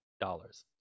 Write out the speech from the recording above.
dollars